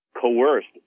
coerced